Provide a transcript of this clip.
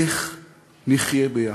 איך נחיה ביחד.